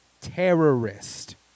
terrorist